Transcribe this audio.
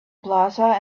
plaza